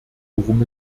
worum